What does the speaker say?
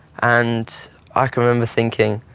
and i can remember thinking,